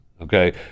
okay